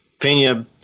Pena